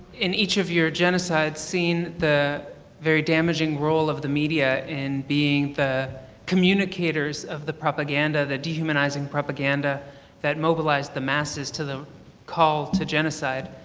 in each of your genocides, seen the very damaging roll of the media and being the communicators of the propaganda the dehumanizing propaganda that mobilized the masses to the call to genocide.